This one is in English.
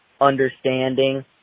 understanding